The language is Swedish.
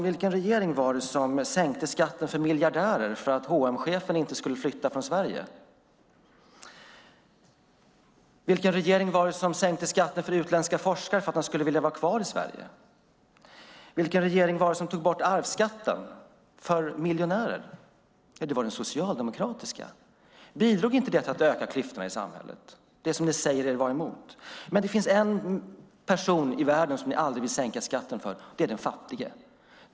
Vilken regering var det som sänkte skatten för miljardärer för att H&M-chefen inte skulle flytta från Sverige? Vilken regering var det som sänkte skatten för utländska forskare så att det skulle vilja vara kvar i Sverige? Vilken regering var det som tog bort arvsskatten för miljonärer? Jo, det var den socialdemokratiska. Bidrog inte det till att öka klyftorna i samhället, det som ni säger er vara emot? Det finns dock dem ni aldrig vill sänka skatten för. Det är de fattiga.